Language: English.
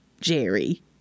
Jerry